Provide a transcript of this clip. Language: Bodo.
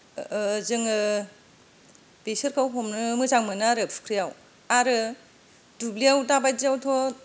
ओ जोङो बेसोरखौ हमनो मोनो आरो फुख्रियाव आरो दुब्लियाव दाबायदियावथ'